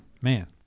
man